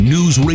News